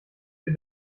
für